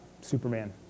Superman